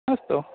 अस्तु